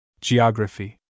Geography